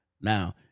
Now